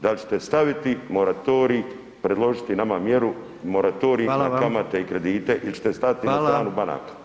Da li ćete staviti moratorij, predložiti nama mjeru, moratorij na kamate [[Upadica: Hvala vam]] i kredite ili ćete stati na stranu [[Upadica: Hvala]] banaka?